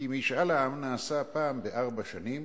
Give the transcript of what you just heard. כי משאל העם נעשה פעם בארבע שנים,